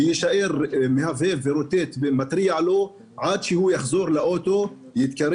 והוא יישאר מהבהב ורוטט ויתריע בפניו עד שהוא יחזור לאוטו ולתינוק